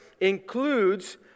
Includes